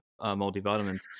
multivitamins